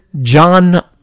John